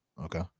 Okay